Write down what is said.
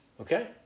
okay